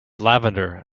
lavender